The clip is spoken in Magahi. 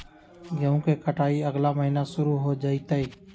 गेहूं के कटाई अगला महीना शुरू हो जयतय